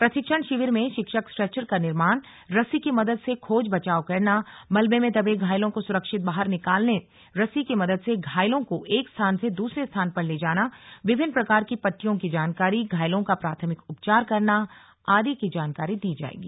प्रशिक्षण शिविर में शिक्षक स्ट्रेचर का निर्माण रस्सी की मदद से खोज बचाव करना मलबे में दबे घायलों को सुरक्षित बाहर निकालने रस्सी की मदद से घायलों को एक स्थान से दूसरे स्थान पर ले जाना विभिन्न प्रकार की पट्टियों की जानकारी घायलों का प्राथमिक उपचार करना आदि की जानकारी दी जाएगी